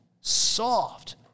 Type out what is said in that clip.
soft